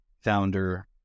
Founder